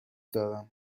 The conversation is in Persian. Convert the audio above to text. دارم